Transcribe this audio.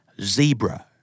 Zebra